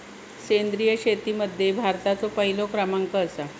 सेंद्रिय शेतीमध्ये भारताचो पहिलो क्रमांक आसा